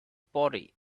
body